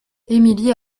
emily